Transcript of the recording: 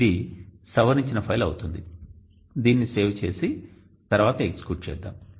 ఇది సవరించిన ఫైల్ అవుతుంది దీన్ని సేవ్ చేసి తర్వాత ఎగ్జిక్యూట్ చేద్దాం